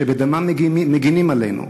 שבדמם מגינים עלינו,